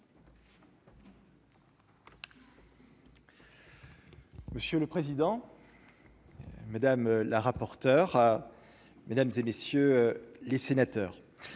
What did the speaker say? Monsieur le président. Madame la rapporteure, mesdames et messieurs les sénateurs,